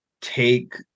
take